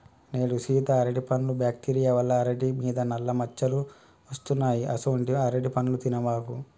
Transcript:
నేడు సీత అరటిపండ్లు బ్యాక్టీరియా వల్ల అరిటి మీద నల్ల మచ్చలు వస్తున్నాయి అసొంటీ అరటిపండ్లు తినబాకు